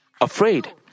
afraid